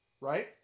right